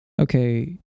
okay